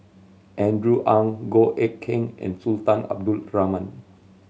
Andrew Ang Goh Eck Kheng and Sultan Abdul Rahman